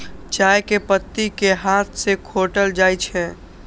चाय के पत्ती कें हाथ सं खोंटल जाइ छै